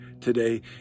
Today